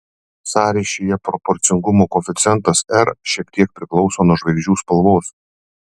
sąryšyje proporcingumo koeficientas r šiek tiek priklauso nuo žvaigždžių spalvos